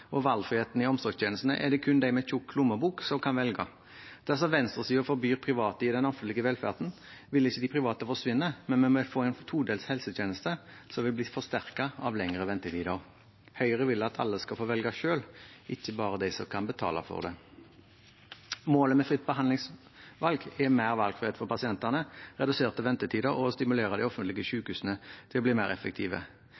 og valgfriheten i omsorgstjenestene er det kun de med tykk lommebok som kan velge. Dersom venstresiden forbyr private i den offentlige velferden, vil ikke de private forsvinne, men vi vil få en todelt helsetjeneste som vil bli forsterket av lengre ventetider. Høyre vil at alle skal få velge selv, ikke bare de som kan betale for det. Målet med fritt behandlingsvalg er mer valgfrihet for pasientene, reduserte ventetider og å stimulere de offentlige